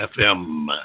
FM